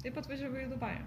taip atvažiavau į dubajų